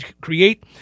create